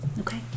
Okay